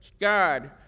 God